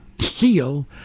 seal